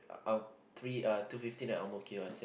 uh three uh two fifteen at Ang-Mo-Kio I said